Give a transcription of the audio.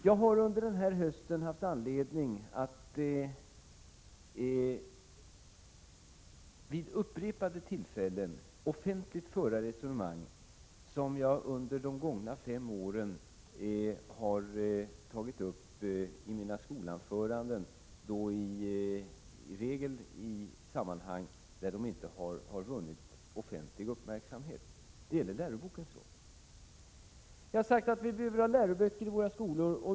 Jag har under hösten haft anledning att vid upprepade tillfällen offentligt föra resonemang som jag under de gångna fem åren har tagit upp i mina skolanföranden, i regel i sammanhang där de inte vunnit offentlig uppmärksamhet. Det gäller lärobokens roll. Jag har sagt att vi behöver ha läroböcker i våra skolor.